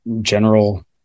general